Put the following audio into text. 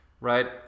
right